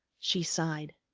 she sighed.